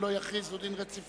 ואם לא יכריזו דין רציפות,